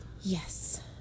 Yes